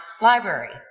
Library